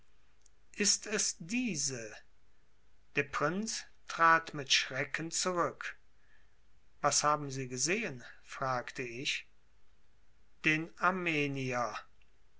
ist es diese der prinz trat mit schrecken zurück was haben sie gesehen fragte ich den armenier